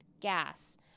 gas